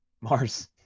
Mars